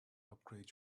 upgrade